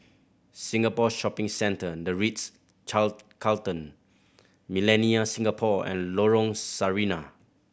Singapore Shopping Centre The Ritz Carlton Millenia Singapore and Lorong Sarina